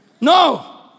No